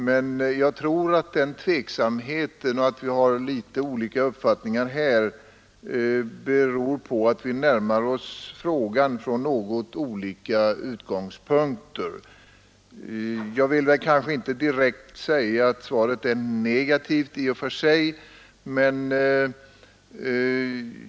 Men att vi har litet olika uppfattningar härvidlag tror jag beror att vi närmar oss frågan från något olika utgångspunkter. Svaret är inte direkt negativt i och för sig.